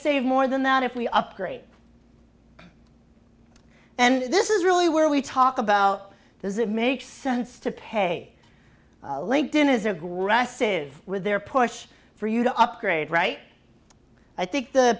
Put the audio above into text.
save more than that if we upgrade and this is really where we talk about does it make sense to pay linked in as a grass is with their push for you to upgrade right i think the